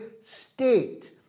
state